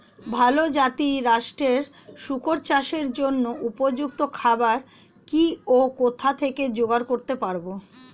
ভালো জাতিরাষ্ট্রের শুকর চাষের জন্য উপযুক্ত খাবার কি ও কোথা থেকে জোগাড় করতে পারব?